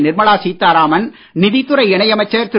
நிர்மலா சீதாராமன் நிதித்துறை இணையமைச்சர் திரு